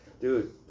Dude